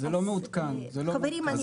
זה לא מעודכן --- זה